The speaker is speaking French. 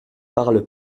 parlent